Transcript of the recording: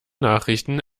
nachrichten